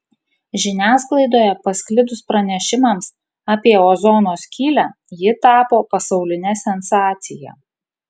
žiniasklaidoje pasklidus pranešimams apie ozono skylę ji tapo pasauline sensacija